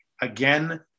again